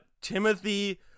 Timothy